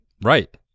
Right